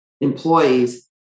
employees